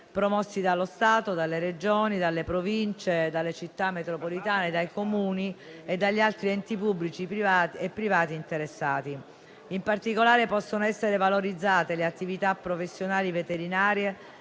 promossi dallo Stato, dalle Regioni, dalle Province, dalle Città metropolitane, dai Comuni e dagli altri enti pubblici e privati interessati. In particolare, possono essere valorizzate le attività professionali veterinarie